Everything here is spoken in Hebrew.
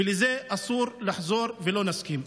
ולזה אסור לחזור ולא נסכים.